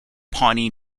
pawnee